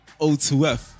O2F